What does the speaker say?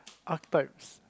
archetypes